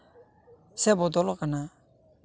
ᱥᱮ ᱵᱚᱫᱚᱞ ᱠᱟᱱᱟ